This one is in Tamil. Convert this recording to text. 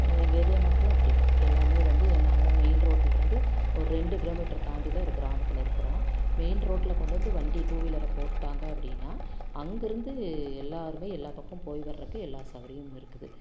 எங்கள் ஏரியா மக்களும் அப்படி தான் எல்லாமே வந்து நாங்கள் மெயின் ரோட்டிலருந்து ஒரு ரெண்டு கிலோ மீட்டரு தாண்டி தான் ஒரு கிராமத்தில் இருக்கிறோம் மெயின் ரோட்டில கொண்டு வந்து வண்டி டூ வீலரை போட்டுட்டாங்க அப்படின்னா அங்கே இருந்து எல்லாருமே எல்லா பக்கம் போய் வரதுக்கு எல்லா சவுகரியமும் இருக்குது